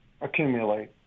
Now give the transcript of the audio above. accumulate